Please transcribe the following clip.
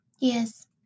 Yes